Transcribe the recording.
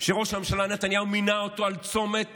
שראש הממשלה נתניהו מינה על הצומת